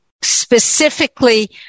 specifically